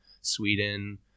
Sweden